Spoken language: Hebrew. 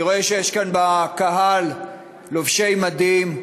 אני רואה שיש כאן בקהל לובשי מדים,